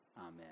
Amen